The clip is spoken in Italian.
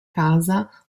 casa